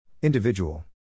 Individual